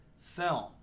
film